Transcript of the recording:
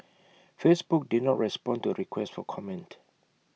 Facebook did not respond to A request for comment